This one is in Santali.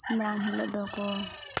ᱢᱟᱲᱟᱝ ᱦᱤᱞᱳᱜ ᱫᱚᱠᱚ